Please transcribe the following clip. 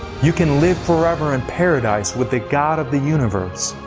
you can live forever in paradise with the god of the universe!